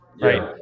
Right